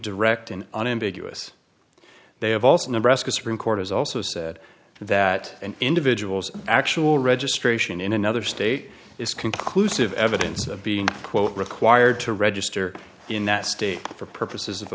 direct and unambiguous they have also nebraska supreme court has also said that an individual's actual registration in another state is conclusive evidence of being quote required to register in that state for purposes of